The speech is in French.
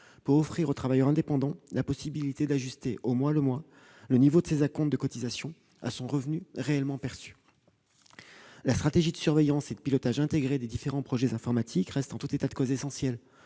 pour offrir au travailleur indépendant la possibilité d'ajuster au mois le mois le niveau de ses acomptes de cotisations à son revenu réellement perçu. La stratégie de surveillance et de pilotage intégré des différents projets informatiques reste en tout état de cause essentielle